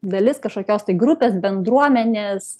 dalis kažkokios tai grupės bendruomenės